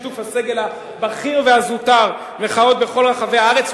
בשיתוף הסגל הבכיר והזוטר, מחאות בכל רחבי הארץ.